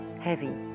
heavy